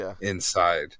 inside